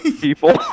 people